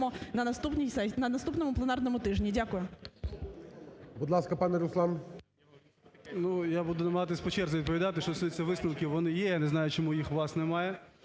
на наступному пленарному тижні. Дякую.